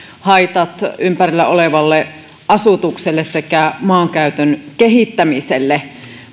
haitat ympärillä olevalle asutukselle ja maankäytön kehittämiselle